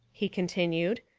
he continued,